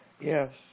Yes